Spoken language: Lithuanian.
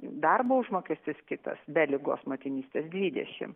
darbo užmokestis kitas be ligos motinystės dvidešim